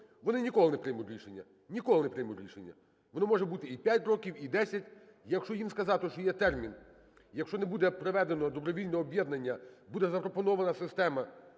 і не показати горизонт, вони ніколи не приймуть рішення, воно може бути і 5 років, і 10. Якщо їм сказати, що є термін, якщо не буде проведено добровільного об'єднання, буде запропонована система